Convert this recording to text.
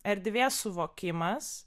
erdvės suvokimas